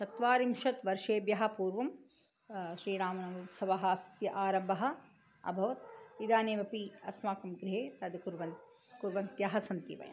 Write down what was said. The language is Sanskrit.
चत्वारिंशत् वर्षेभ्यः पूर्वं श्रीरामनवमी उत्सवः अस्य आरम्भः अभवत् इदानीमपि अस्माकं गृहे तद् कुर्वन् कुर्वन्त्यः सन्ति वयम्